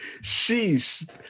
Sheesh